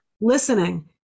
listening